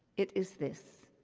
it is this.